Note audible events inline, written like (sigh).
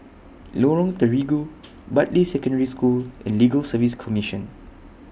Lorong Terigu (noise) Bartley Secondary School and Legal Service Commission